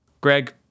greg